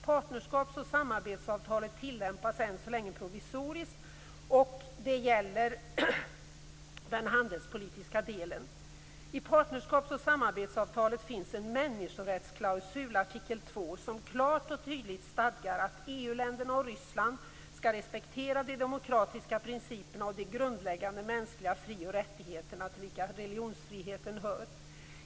Partnerskaps och samarbetsavtalet tillämpas än så länge provisoriskt, och det gäller den handelspolitiska delen. I partnerskaps och samarbetsavtalet finns en människorättsklausul, artikel 2, som klart och tydligt stadgar att EU-länderna och Ryssland skall respektera de demokratiska principerna och de grundläggande mänskliga fri och rättigheterna till vilka religionsfriheten hör.